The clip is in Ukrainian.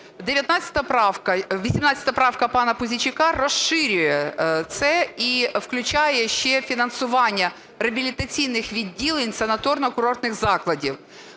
18 правка пана Пузійчука розширює це і включає ще фінансування реабілітаційних відділень санаторно-курортних закладів.